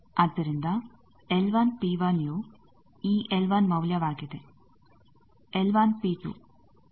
ಆದ್ದರಿಂದ LP ಯು ಈ L ಮೌಲ್ಯವಾಗಿದೆ